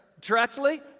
directly